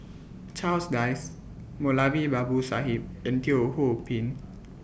Charles Dyce Moulavi Babu Sahib and Teo Ho Pin